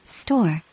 store